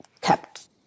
kept